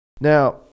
Now